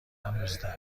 نوزده